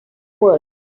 world